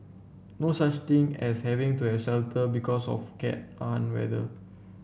no such thing as having to a shelter because of cat an weather